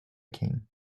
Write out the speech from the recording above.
king